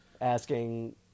asking